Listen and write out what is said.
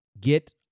Get